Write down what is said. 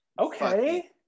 Okay